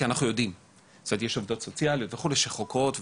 כי אנחנו יודעים כי יש עובדות סוציאליות וכדומה שחוקרות ורואות.